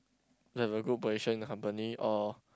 to have a good position in the company or